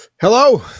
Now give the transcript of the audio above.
hello